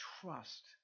trust